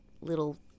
little